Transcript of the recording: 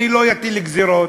אני לא אטיל גזירות,